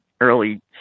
early